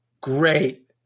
great